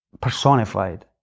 personified